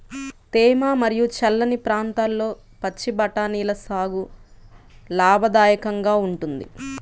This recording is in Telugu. తేమ మరియు చల్లని ప్రాంతాల్లో పచ్చి బఠానీల సాగు లాభదాయకంగా ఉంటుంది